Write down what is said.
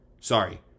sorry